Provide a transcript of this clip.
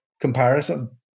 comparison